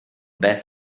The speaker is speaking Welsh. beth